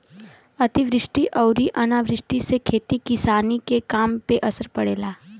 अतिवृष्टि अउरी अनावृष्टि से खेती किसानी के काम पे असर पड़ेला